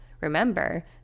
remember